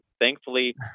thankfully